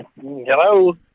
Hello